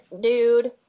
dude